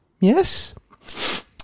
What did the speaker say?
yes